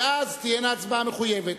ואז תהיה ההצבעה מחויבת.